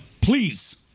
Please